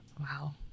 Wow